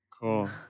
Cool